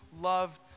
loved